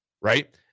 right